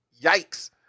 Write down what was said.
Yikes